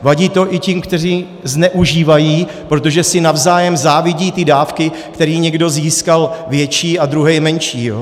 Vadí to i těm, kteří zneužívají, protože si navzájem závidí ty dávky, které někdo získal větší a druhý menší.